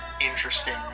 interesting